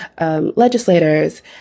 legislators